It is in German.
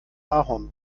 ahorn